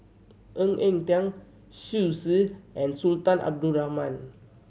Ng Eng Teng and Sultan Abdul Rahman